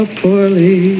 poorly